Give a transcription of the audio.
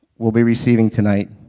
will be receiving tonight